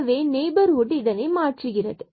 எனவே நெய்பர்ஹுட் மாற்றுகிறது